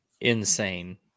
insane